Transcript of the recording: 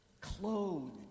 clothed